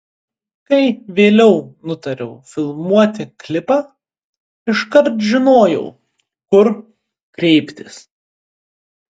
kai vėliau nutariau filmuoti klipą iškart žinojau kur kreiptis